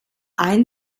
ein